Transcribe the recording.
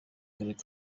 karere